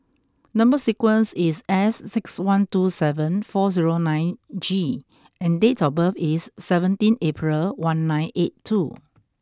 number sequence is S six one two seven four zero nine G and date of birth is seventeen April one nine eight two